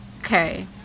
Okay